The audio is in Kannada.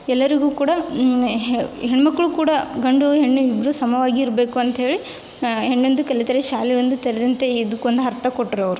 ಎಲ್ಲರಿಗೂ ಕೂಡ ಹೆಣ್ಣು ಮಕ್ಕಳು ಕೂಡ ಗಂಡು ಹೆಣ್ಣು ಇಬ್ಬರೂ ಸಮವಾಗಿರಬೇಕು ಅಂತ ಹೇಳಿ ಹೆಣ್ಣೊಂದು ಕಲಿತರೆ ಶಾಲೆಯೊಂದು ತೆರೆದಂತೆ ಇದಕ್ಕೊಂದು ಅರ್ಥ ಕೊಟ್ರು ಅವರು